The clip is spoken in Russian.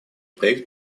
проект